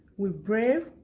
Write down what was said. we're brave,